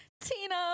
Tina